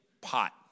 pot